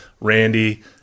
Randy